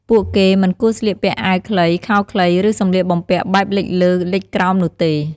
ពួកគេ មិនគួរស្លៀកពាក់អាវខ្លី ខោខ្លី ឬសម្លៀកបំពាក់បែបលិចលើលិចក្រោមនុះទេ។